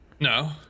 No